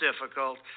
difficult